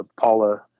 Paula